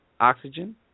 oxygen